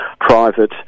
private